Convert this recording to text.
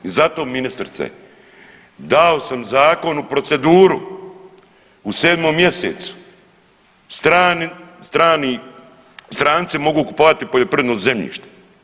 I zato ministrice dao sam zakon u proceduru u 7. mjesecu, strani, stranci mogu kupovati poljoprivredno zemljište.